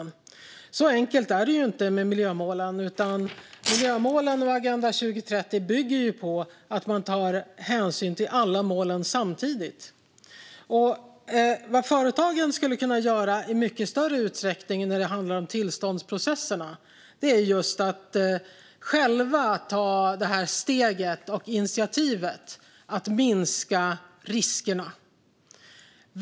Men så enkelt är det inte med miljömålen, utan miljömålen och Agenda 2030 bygger på att man tar hänsyn till alla mål samtidigt. Vad företagen skulle kunna göra i mycket större utsträckning när det handlar om tillståndsprocesserna är att själva ta initiativet till att minska riskerna.